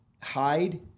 hide